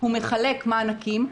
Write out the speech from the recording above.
הוא מחלק מענקים,